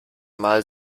mal